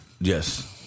Yes